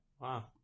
Wow